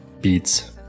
beats